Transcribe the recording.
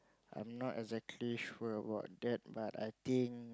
I'm not exactly sure about that but I think